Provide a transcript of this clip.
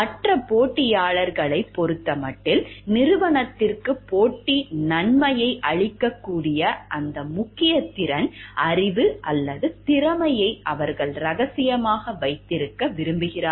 மற்ற போட்டியாளர்களைப் பொறுத்தமட்டில் நிறுவனத்திற்கு போட்டி நன்மையை அளிக்கக்கூடிய அந்த முக்கிய திறன் அறிவு அல்லது திறமையை அவர்கள் ரகசியமாக வைத்திருக்க விரும்புகிறார்கள்